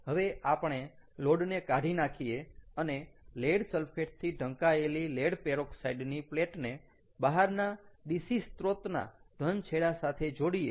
હવે આપણે લોડ ને કાઢી નાખીએ અને લેડ સલ્ફેટથી ઢકાયેલી લેડ પેરોક્સાઈડની પ્લેટને બહારના DC સ્ત્રોતના ધન છેડા સાથે જોડીએ